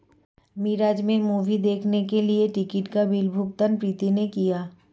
मिराज में मूवी देखने के लिए टिकट का बिल भुगतान प्रीति ने किया